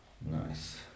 Nice